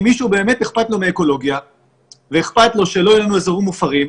אם למישהו באמת אכפת מאקולוגיה ואכפת לו שלא יהיו לנו אזורים מופרים,